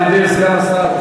על-ידי סגן השר,